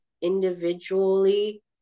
individually